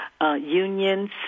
unions